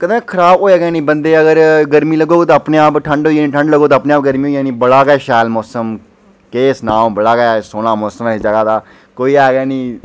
कंदे खराब होआ गै नेईं बंदे गी अगर गर्मी लग्गै ते अपने आप ठंड होई जानी ते ठंड़ लग्गै ते अपने आप गर्मी होई जानी बड़ा शैल मौसम के सनांऽ अं'ऊ बड़ा गै सोह्ना मौसम ऐ इस जगह दा कोई ऐ गै नेईं